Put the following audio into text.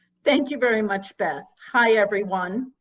thank you very much, beth. hi, everyone.